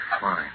fine